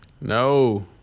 No